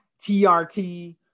TRT